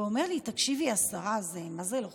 ואומר לי: תקשיבי, השרה, זה מה-זה לא חוקי.